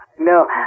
No